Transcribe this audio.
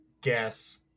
guess